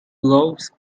gloves